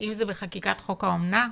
אם זה בחקיקת חוק האומנה,